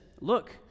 look